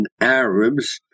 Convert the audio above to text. Arabs